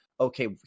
okay